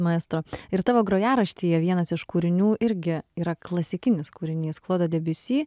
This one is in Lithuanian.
maestro ir tavo grojaraštyje vienas iš kūrinių irgi yra klasikinis kūrinys klodo debiusi